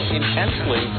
intensely